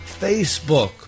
Facebook